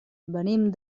venim